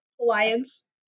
Alliance